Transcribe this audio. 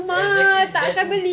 exactly then